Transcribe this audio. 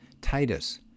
Titus